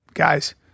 Guys